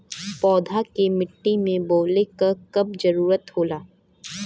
पौधा के मिट्टी में बोवले क कब जरूरत होला